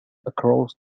across